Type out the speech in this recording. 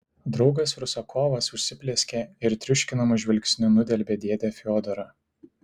draugas rusakovas užsiplieskė ir triuškinamu žvilgsniu nudelbė dėdę fiodorą